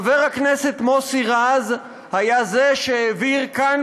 חבר הכנסת מוסי רז היה זה שהעביר כאן